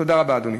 תודה רבה, אדוני.